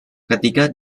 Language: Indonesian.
ketika